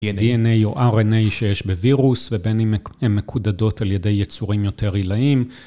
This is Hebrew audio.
DNA או RNA שיש בווירוס ובין אם הן מקודדות על ידי יצורים יותר הילאים.